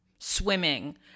swimming